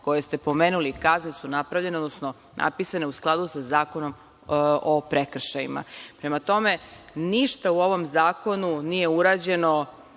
koje ste pomenuli, kazne su napisane u skladu sa Zakonom o prekršajima. Prema tome, ništa u ovom zakonu nije urađeno